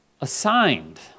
Assigned